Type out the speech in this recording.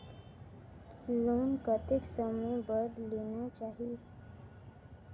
Loan कतेक समय बर लेना चाही?